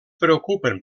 preocupen